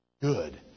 Good